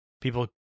People